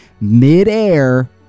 Midair